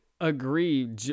agree